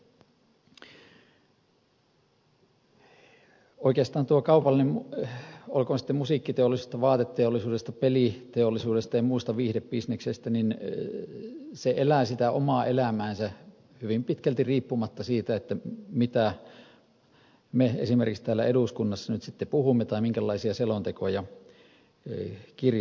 oikeastaan tuo kaupallisuus olkoon sitten musiikkiteollisuudesta vaateteollisuudesta peliteollisuudesta ja muusta viihdebisneksestä kyse elää sitä omaa elämäänsä hyvin pitkälti riippumatta siitä mitä me esimerkiksi täällä eduskunnassa nyt sitten puhumme tai minkälaisia selontekoja kirjoittelemme